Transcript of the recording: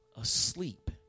asleep